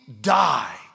die